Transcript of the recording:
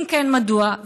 אם כן, מדוע?